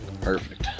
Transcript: Perfect